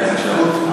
חוק מיסוי